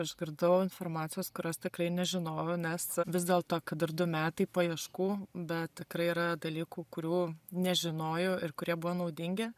išgirdau informacijos kurios tikrai nežinojau nes vis dėlto kad ir du metai paieškų bet tikrai yra dalykų kurių nežinojau ir kurie buvo naudingi